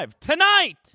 tonight